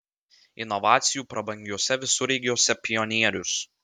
inovacijų prabangiuose visureigiuose pionierius